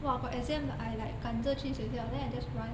!wah! got exam I like 赶着去学校 then I just run